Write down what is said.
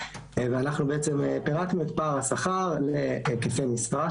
ואנחנו בעצם פירקנו את פער השכר להיקפי משרה,